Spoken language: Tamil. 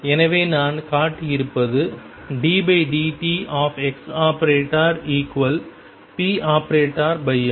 எனவே நான் காட்டியிருப்பது ddt⟨x⟩⟨p⟩m